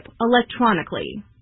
electronically